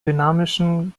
dynamischen